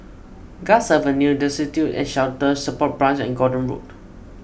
Guards Avenue Destitute and Shelter Support Branch and Gordon Road